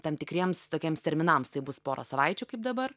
tam tikriems tokiems terminams tai bus pora savaičių kaip dabar